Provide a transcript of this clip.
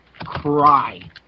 cry